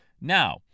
Now